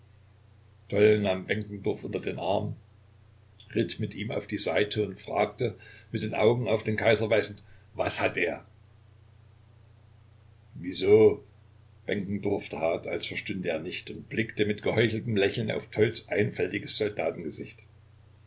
nahm benkendorf unter den arm ritt mit ihm auf die seite und fragte mit den augen auf den kaiser weisend was hat er wieso benkendorf tat als verstünde er nicht und blickte mit geheucheltem lächeln auf tolls einfältiges